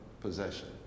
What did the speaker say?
possession